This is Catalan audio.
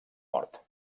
mort